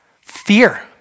Fear